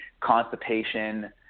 constipation